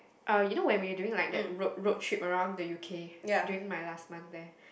uh you know when we were doing like that road road trip around the U_K during my last month there